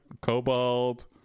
Cobalt